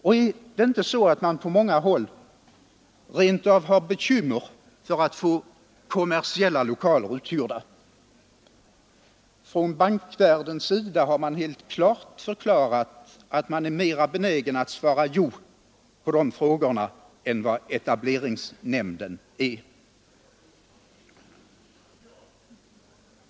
Och är det inte så att man på många håll rent av har bekymmer för att få kommersiella lokaler uthyrda? Från bankvärldens sida är man helt klart mera benägen att svara ja på de frågorna än vad etableringsnämnden är.